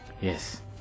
Yes